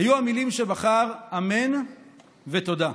היו המילים שבחר: "אמן" ו"תודה".